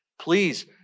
please